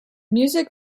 music